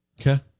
Okay